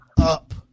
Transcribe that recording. up